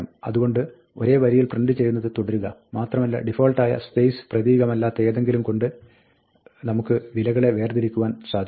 അതുകൊണ്ട് ഒരേ വരിയിൽ പ്രിന്റ് ചെയ്യുന്നത് തുടരുക മാത്രമല്ല ഡിഫാൾട്ടായ സ്പേസ് പ്രതീകമല്ലാത്ത ഏതെങ്കിലും കൊണ്ട് നമുക്ക് വിലകളെ വേർതിരിക്കുവാൻ സാധിക്കും